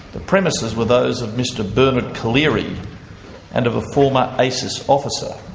the premises were those of mr bernard collaery and of a former asis officer.